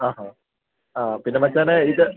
ആഹാ പിന്നെ മച്ചാനെ ഇത്